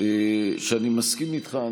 שאני מסכים איתך.